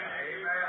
Amen